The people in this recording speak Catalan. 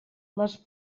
les